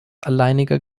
alleiniger